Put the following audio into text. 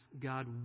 God